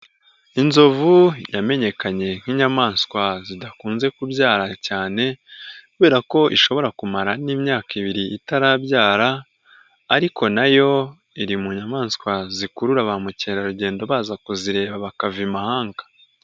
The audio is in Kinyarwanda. Inzovu yamenyekanye nk'inyamaswa zidakunze kubyara cyane, kubera ko ishobora kumara n'imyaka ibiri itarabyara, ariko na yo iri mu nyamaswa zikurura ba mukerarugendo baza kuzireba bakava i mahanga.